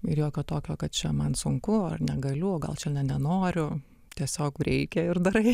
ir jokio tokio kad čia man sunku ar negaliu o gal čia nenoriu tiesiog reikia ir darai